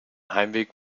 heimweg